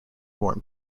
warm